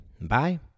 Bye